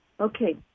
Okay